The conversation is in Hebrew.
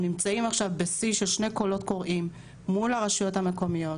אנחנו נמצאים עכשיו בשיא של שני קולות קוראים מול הרשויות המקומיות,